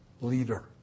leader